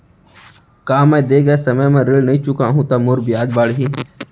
का मैं दे गए समय म ऋण नई चुकाहूँ त मोर ब्याज बाड़ही?